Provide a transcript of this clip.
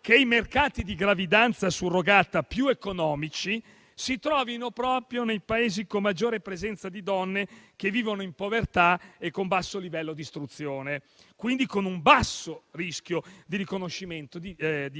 che i mercati di gravidanza surrogata più economici si trovino proprio nei Paesi con maggiore presenza di donne che vivono in povertà e con basso livello di istruzione, quindi con un basso livello di riconoscimento dei